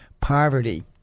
poverty